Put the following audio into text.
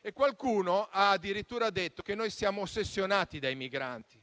e qualcuno ha addirittura detto che noi siamo ossessionati dai migranti.